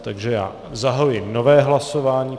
Takže já zahajuji nové hlasování.